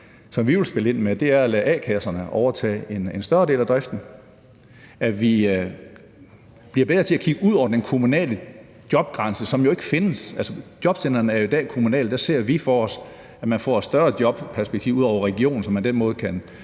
vi vil spille ind med, at lade a-kasserne overtage en større del af driften. Vi skal blive bedre til at kigge ud over den kommunale jobgrænse, som jo ikke findes. Altså, jobcentrene er jo i dag kommunale, og der ser vi for os, at man får et større jobperspektiv ud over regionen, så man på den måde kan